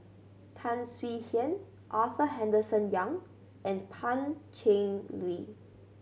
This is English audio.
Tan Swie Hian Arthur Henderson Young and Pan Cheng Lui